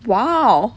!wow!